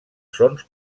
sons